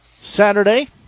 Saturday